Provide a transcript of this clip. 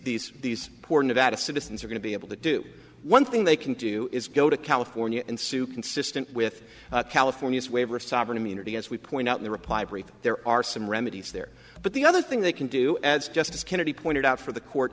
these these poor nevada citizens are going to be able to do one thing they can do is go to california and sue consistent with california's waiver of sovereign immunity as we point out in the reply brief there are some remedies there but the other thing they can do as justice kennedy pointed out for the court